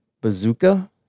bazooka